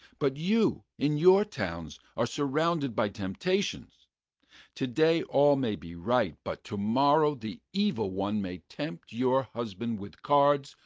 but you, in your towns, are surrounded by temptations today all may be right, but tomorrow the evil one may tempt your husband with cards,